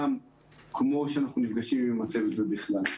כפי שאנחנו נפגשים עם הצוות ובכלל.